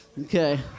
Okay